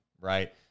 right